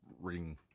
ring